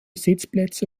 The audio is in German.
sitzplätze